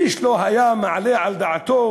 איש לא היה מעלה על דעתו